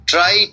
Try